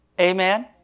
Amen